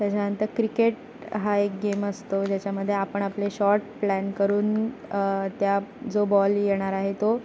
त्याच्यानंतर क्रिकेट हा एक गेम असतो ज्याच्यामध्ये आपण आपले शॉट प्लॅन करून त्या जो बॉल येणार आहे तो